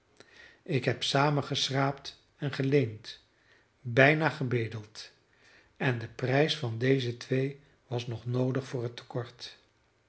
ik heb saamgeschraapt en geleend bijna gebedeld en de prijs van deze twee was nog noodig voor het tekort